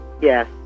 yes